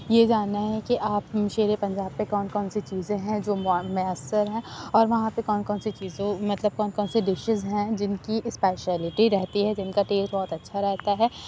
یہ جاننا ہے کہ آپ شیرِ پنجاب پہ کون کون سی چیزیں ہیں جو میسر ہیں اور وہاں پہ کون کون سی چیزیں مطلب کون کون سی ڈشز ہیں جن کی اسپاشیلٹی رہتی ہے جن کا ٹیسٹ بہت اچھا رہتا ہے